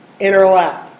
interlap